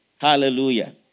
Hallelujah